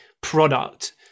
product